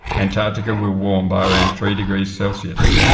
antarctica will warm by around three degrees celsius.